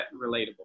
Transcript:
relatable